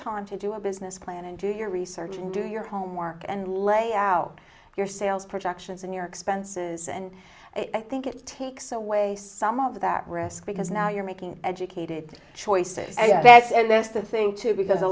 time to do a business plan and do your research and do your homework and lay out your sales projections and your expenses and i think it takes away some of that risk because now you're making educated choices and that's and that's the thing too because a